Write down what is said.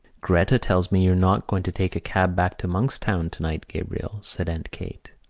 gretta tells me you're not going to take a cab back to monkstown tonight, gabriel, said aunt kate.